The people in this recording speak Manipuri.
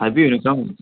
ꯍꯥꯏꯕꯤꯌꯨꯅꯦ ꯀꯔꯝꯕ